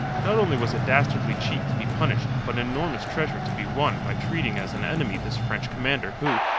not only was a dastardly cheat to be punished but an enormous treasure to be won by treating as an enemy this french commander who,